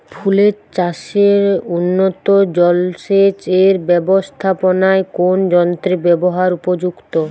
ফুলের চাষে উন্নত জলসেচ এর ব্যাবস্থাপনায় কোন যন্ত্রের ব্যবহার উপযুক্ত?